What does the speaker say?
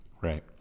Right